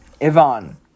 Ivan